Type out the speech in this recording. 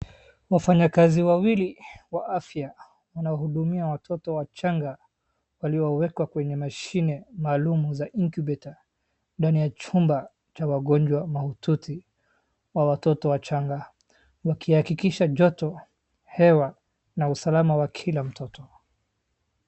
Wafanyakazi wawili wa afya wanahudumia watoto wachanga waliowekwa kwenye mashine maalum za incubator ndani ya chumba cha wagonjwa mahututi wa watoto wachanga, wakihakikisha joto, hewa na usalama wa kila mtoto.